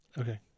Okay